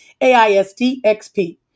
AISTXP